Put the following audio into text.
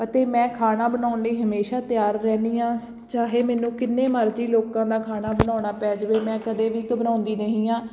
ਅਤੇ ਮੈਂ ਖਾਣਾ ਬਣਾਉਣ ਲਈ ਹਮੇਸ਼ਾ ਤਿਆਰ ਰਹਿੰਨੀ ਹਾਂ ਚਾਹੇ ਮੈਨੂੰ ਕਿੰਨੇ ਮਰਜ਼ੀ ਲੋਕਾਂ ਦਾ ਖਾਣਾ ਬਣਾਉਣਾ ਪੈ ਜਾਵੇ ਮੈਂ ਕਦੇ ਵੀ ਘਬਰਾਉਂਦੀ ਨਹੀਂ ਹਾਂ